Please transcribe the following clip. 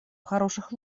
хороших